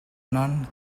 none